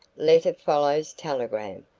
letter follows telegram.